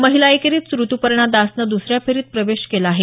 महिला एकेरीत रुतुपर्णा दासनं दुसऱ्या फेरीत प्रवेश केला आहे